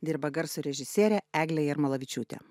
dirba garso režisierė eglė jarmolavičiūtė